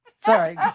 Sorry